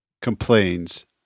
complains